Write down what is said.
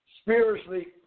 spiritually